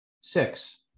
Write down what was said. Six